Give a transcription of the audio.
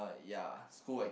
ya school acti~